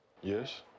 Yes